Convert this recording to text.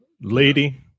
Lady